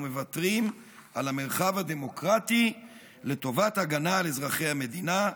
מוותרים על המרחב הדמוקרטי לטובת הגנה על אזרחי המדינה,